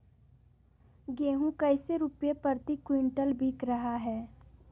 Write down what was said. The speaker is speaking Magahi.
गेंहू कैसे रुपए प्रति क्विंटल बिक रहा है?